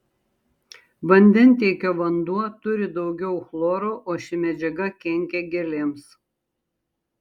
vandentiekio vanduo turi daugiau chloro o ši medžiaga kenkia gėlėms